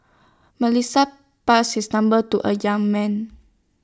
Melissa passes her number to A young man